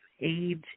age